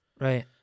Right